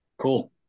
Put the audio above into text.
Cool